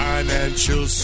Financial